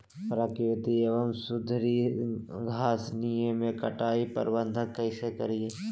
प्राकृतिक एवं सुधरी घासनियों में कटाई प्रबन्ध कैसे करीये?